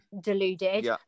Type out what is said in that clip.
deluded